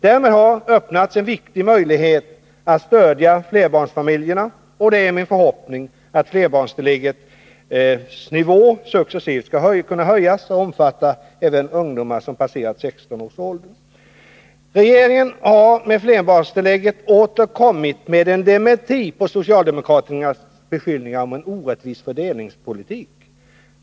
Därmed har öppnats en viktig möjlighet att stödja flerbarnsfamiljerna, och det är min förhoppning att flerbarnstilläggets nivå successivt skall kunna höjas och omfatta även ungdomar som passerat 16 års ålder. Regeringen har med flerbarnstillägget åter kommit med en dementi på socialdemokraternas beskyllningar om en orättvis fördelningspolitik.